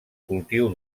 cultiu